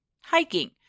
hiking